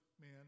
man